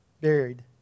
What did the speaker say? buried